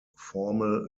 formal